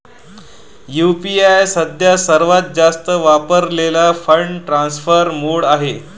UPI सध्या सर्वात जास्त वापरलेला फंड ट्रान्सफर मोड आहे